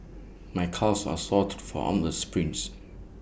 my calves are sort from all the sprints